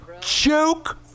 Joke